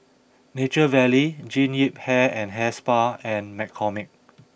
Nature Valley Jean Yip Hair and Hair Spa and McCormick